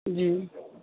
جی